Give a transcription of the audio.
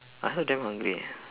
I also damn hungry eh